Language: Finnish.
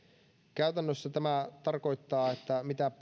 käytännössä tämä tarkoittaa että mitä